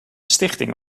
stichting